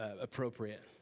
appropriate